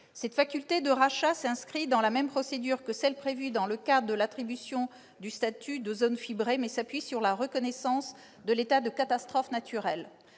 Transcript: Cette faculté de rachat s'inscrit dans la procédure prévue dans le cadre de l'attribution du statut de zone fibrée, mais s'appuie sur la reconnaissance de l'état de catastrophe naturelle.